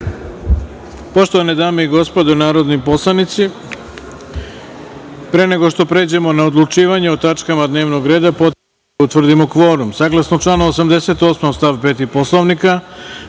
Poštovane dame i gospodo narodni poslanici, pre nego što pređemo na odlučivanje o tačkama dnevnog reda potrebno je da utvrdimo kvorum. Saglasno članu 88. stav 5. Poslovnika